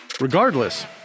Regardless